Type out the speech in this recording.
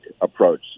approach